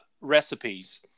recipes